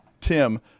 Tim